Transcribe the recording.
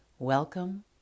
Welcome